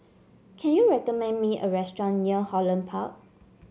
can you recommend me a restaurant near Holland Park